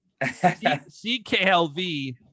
CKLV